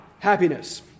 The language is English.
Happiness